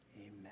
amen